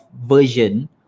version